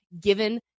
given